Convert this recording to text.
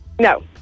no